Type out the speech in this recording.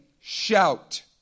shout